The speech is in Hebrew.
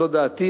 זאת דעתי.